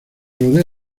rodea